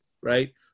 Right